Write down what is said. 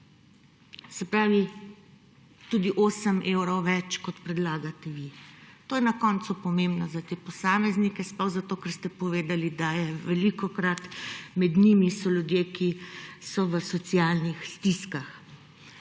Se pravi, tudi 8 evrov več, kot predlagate vi. To je na koncu pomembno za te posameznike, sploh zato, ker ste povedali, da so velikokrat med njimi ljudje, ki so v socialnih stiskah.